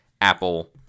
Apple